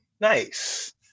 Nice